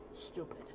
stupid